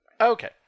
Okay